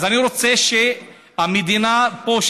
אז אני רוצה שהמדינה פה,